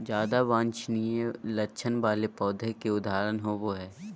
ज्यादा वांछनीय लक्षण वाले पौधों के उदाहरण होबो हइ